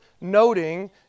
noting